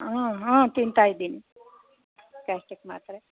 ಹಾಂ ಹಾಂ ತಿಂತಾಯಿದ್ದೀನಿ ಗ್ಯಾಸ್ಟಿಕ್ ಮಾತ್ರೆ